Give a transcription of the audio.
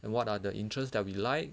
and what are the interest that we like